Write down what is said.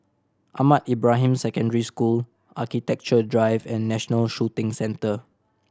Ahmad Ibrahim Secondary School Architecture Drive and National Shooting Centre